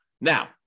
Now